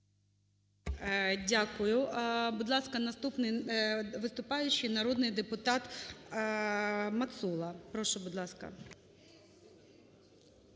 Дякую. Будь ласка, наступний виступаючий – народний депутат Мацола. Прошу, будь ласка.